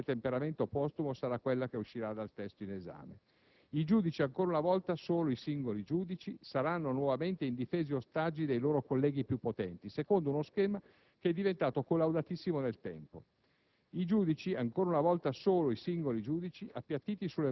Ma mai ci saremmo attesi una restaurazione violenta come, malgrado qualche temperamento postumo, sarà quella che uscirà dal testo in esame. I giudici, ancora una volta solo i singoli giudici, saranno nuovamente indifesi ostaggi dei loro colleghi più potenti, secondo uno schema che è diventato collaudatissimo nel tempo.